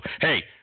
hey